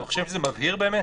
אתה חושב שזה מבהיר באמת?